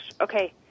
Okay